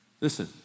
Listen